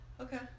Okay